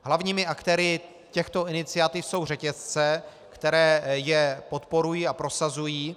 Hlavními aktéry těchto iniciativ jsou řetězce, které je podporují a prosazují.